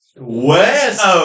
West